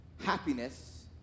happiness